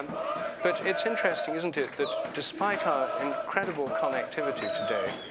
but it's interesting, isn't it? that despite our incredible connectivity today,